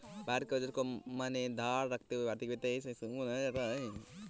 भारत के बजट को मद्देनजर रखते हुए भारत की वित्तीय स्कीम को बनाया जाता है